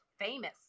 famous